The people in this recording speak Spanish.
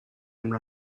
una